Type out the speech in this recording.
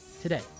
today